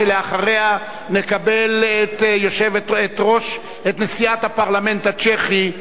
שלאחריה נקבל את נשיאת הפרלמנט הצ'כי